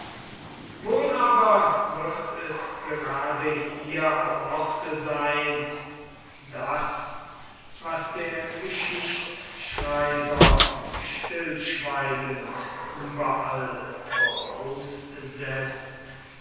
wohl aber wird es gerade hier am orte sein das was der geschichtschreiber stillschweigend überall voraussetzt